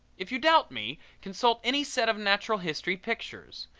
if you doubt me consult any set of natural history pictures.